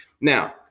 Now